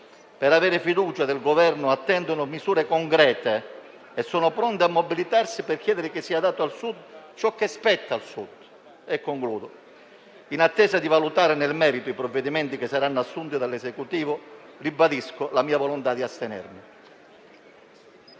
per avere fiducia nel Governo, attendono misure concrete e sono pronti a mobilitarsi per chiedere che sia dato al Sud ciò che spetta al Sud. In attesa di valutare nel merito i provvedimenti che saranno assunti dall'Esecutivo, ribadisco la mia volontà di astenermi.